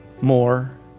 more